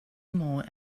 more